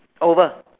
over